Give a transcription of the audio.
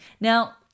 Now